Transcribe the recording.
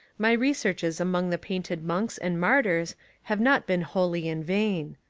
my researches among the painted monks and martyrs have not been wholly in vain.